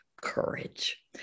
courage